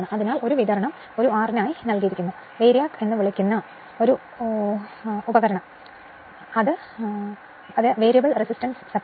അതിനാൽ ഈ വിതരണം ഒരു r നായി നൽകിയിരിക്കുന്നു VARIAC എന്ന് വിളിക്കുന്ന ഒരു ഉപകരണത്തെ വിളിക്കുന്നത് വേരിയബിൾ റെസിസ്റ്റൻസ് സപ്ലൈ